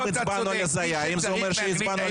אם הצבענו על הזיה האם זה אומר שהצבענו על